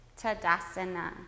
Tadasana